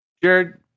Jared